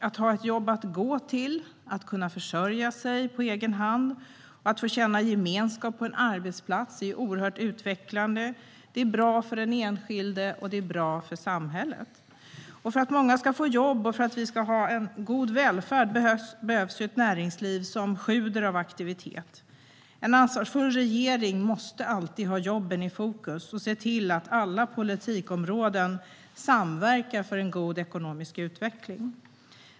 Att ha ett jobb att gå till, att kunna försörja sig på egen hand och att få känna gemenskap på en arbetsplats är oerhört utvecklande. Det är bra för den enskilde, och det är bra för samhället. För att många ska få jobb och för att vi ska få en god välfärd behövs ett näringsliv som sjuder av aktivitet. En ansvarsfull regering måste alltid ha jobben i fokus och se till att alla politikområden samverkar för en god ekonomisk utveckling.